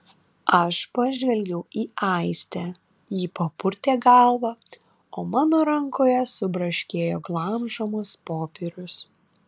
aš pažvelgiau į aistę ji papurtė galvą o mano rankoje subraškėjo glamžomas popierius